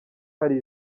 hari